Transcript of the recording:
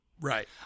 Right